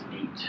eight